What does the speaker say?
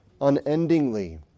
unendingly